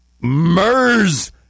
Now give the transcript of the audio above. MERS